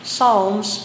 Psalms